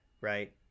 Right